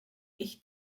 ich